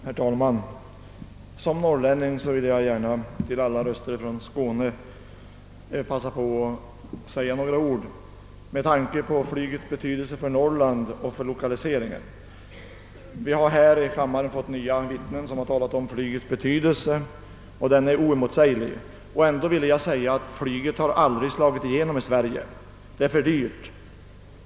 Herr talman! Med tanke på flygets stora betydelse för Norrland och lokaliseringsfrågorna där vill jag i egenskap av norrlänning nu blanda min röst med alla röster från Skåne. Vi har här i kammaren fått lyssna till nya vittnen som talat om flygets stora betydelse — som är oemotsäglig — och ändå har flyget aldrig slagit igenom här i Sverige. Det är för dyrt.